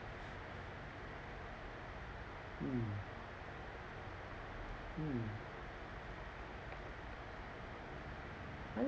mm mm